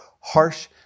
harsh